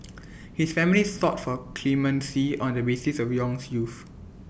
his family sought for clemency on the basis of Yong's youth